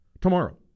tomorrow